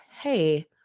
hey